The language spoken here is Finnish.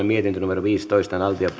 mietintö viisitoista